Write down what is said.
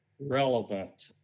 relevant